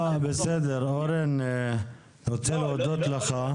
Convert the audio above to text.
אין צורך, אני רוצה להודות לך.